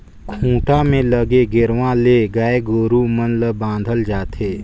खूंटा में लगे गेरवा ले गाय गोरु मन ल बांधल जाथे